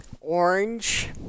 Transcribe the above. Orange